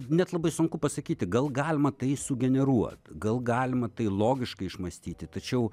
net labai sunku pasakyti gal galima tai sugeneruot gal galima tai logiškai išmąstyti tačiau